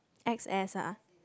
X S ah